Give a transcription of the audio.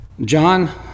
John